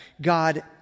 God